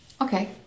okay